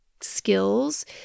skills